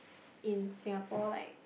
in Singapore like